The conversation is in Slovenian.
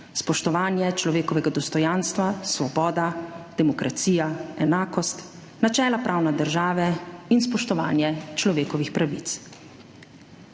spoštovanje človekovega dostojanstva, svoboda, demokracija, enakost, načela pravne države in spoštovanje človekovih pravic.